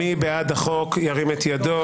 מי בעד החוק, ירים את ידו?